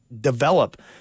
develop